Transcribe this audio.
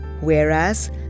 whereas